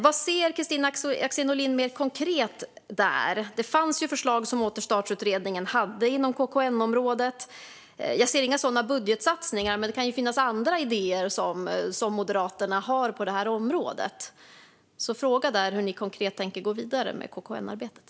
Vad ser Kristina Axén Olin mer konkret där? Återstartsutredningen hade förslag inom KKN-området. Jag ser inga sådana budgetsatsningar, men Moderaterna kan ju ha andra idéer på detta område. Min fråga är hur ni konkret tänker gå vidare med KKN-arbetet.